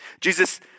Jesus